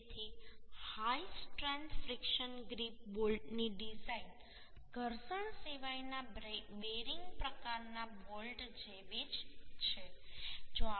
તેથી high strength friction grip બોલ્ટની design ઘર્ષણ સિવાયના બેરિંગ પ્રકારના બોલ્ટ જેવી જ છે